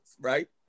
right